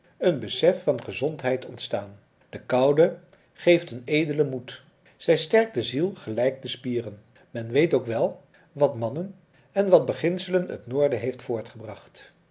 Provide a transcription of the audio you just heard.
een besef van gezondheid ontstaan de koude geeft een edelen moed zij sterkt de ziel gelijk de spieren men weet ook wel wat mannen en wat beginselen het noorden heeft voortgebracht